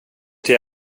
till